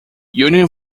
union